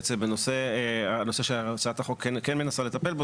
בעצם הנושא שהצעת החוק כן מנסה לטפל בו